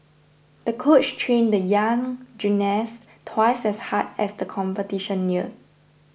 the coach trained the young gymnast twice as hard as the competition neared